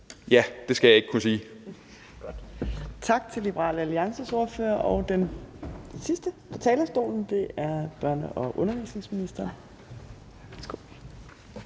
Ja, det skal jeg ikke kunne sige.